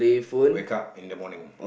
wake up in the morning